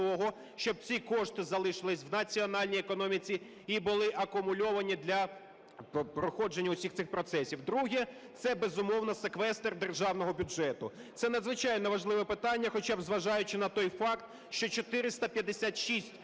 Друге. Це, безумовно, секвестр державного бюджету. Це надзвичайно важливе питання, хоча б зважаючи на той факт, що 456 мільярдів